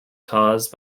caused